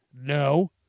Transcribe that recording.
No